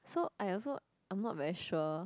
so I also I'm not very sure